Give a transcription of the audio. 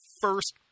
first